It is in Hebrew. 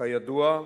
כידוע,